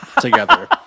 together